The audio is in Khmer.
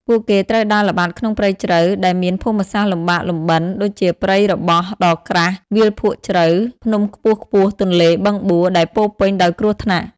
ពួកគេត្រូវដើរល្បាតក្នុងព្រៃជ្រៅ ដែលមានភូមិសាស្រ្តលំបាកលំបិន ដូចជាព្រៃរបោះដ៏ក្រាស់ វាលភក់ជ្រៅ ភ្នំខ្ពស់ៗ ទន្លេ បឹងបួ ដែលពោរពេញដោយគ្រោះថ្នាក់។